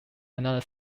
another